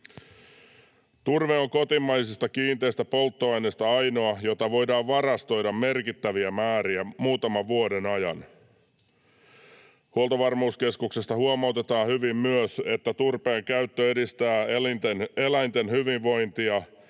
Turve on kotimaisista kiinteistä polttoaineista ainoa, jota voidaan varastoida merkittäviä määriä muutaman vuoden ajan. Huoltovarmuuskeskuksesta huomautetaan hyvin myös, että turpeen käyttö edistää eläinten hyvinvointia,